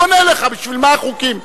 הוא עונה לך בשביל מה החוקים.